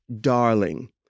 darling